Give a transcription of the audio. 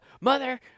Mother